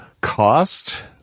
cost